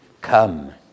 Come